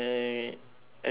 actually pretty much